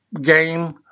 game